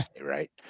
right